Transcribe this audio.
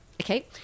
Okay